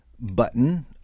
button